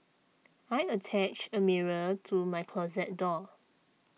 I attached a mirror to my closet door